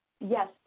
Yes